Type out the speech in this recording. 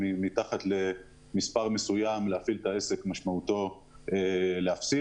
ברור לנו שמתחת למספר מסוים להפעיל את העסק משמעותו להפסיד.